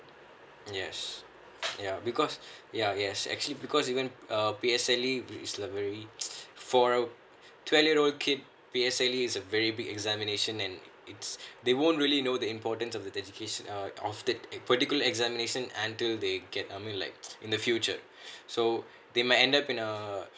yes ya because ya yes actually because even uh P_S_L_E is a very~ for a twelve year old kid P_S_L_E is a very big examination and is they won't really know the importance of the examination um of it the particular examination until they get I mean like in the future so they might end up in a